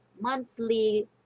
monthly